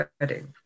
wedding